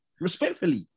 Respectfully